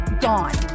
gone